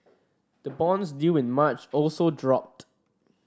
the bonds due in March also dropped